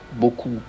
beaucoup